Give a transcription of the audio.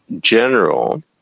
general